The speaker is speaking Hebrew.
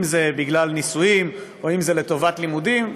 אם זה בגלל נישואין או אם זה לטובת לימודים,